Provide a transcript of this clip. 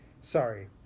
Sorry